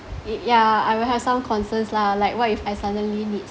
it ya I will have some concerns lah like what if I suddenly need